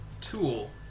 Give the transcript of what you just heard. tool